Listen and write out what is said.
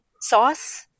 sauce